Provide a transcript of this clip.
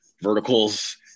verticals